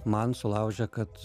man sulaužė kad